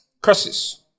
Curses